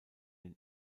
den